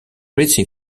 ricci